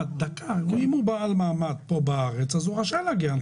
אם בן הזוג הוא בעל מעמד פה בארץ אז הוא רשאי להגיע.